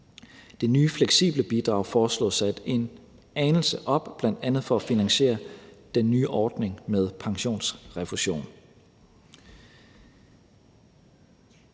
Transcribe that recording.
Det nye fleksible bidrag foreslås sat en anelse op, bl.a. for at finansiere den nye ordning med pensionsrefusion.